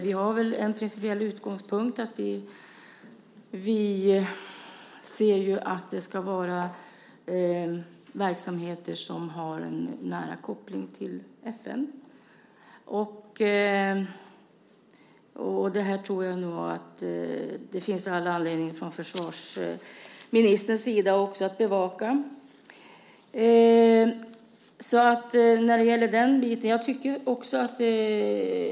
Vi har som principiell utgångspunkt att det ska vara verksamheter som har en nära koppling till FN. Jag tror att det finns all anledning för försvarsministern att också bevaka detta.